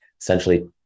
essentially